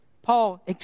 Paul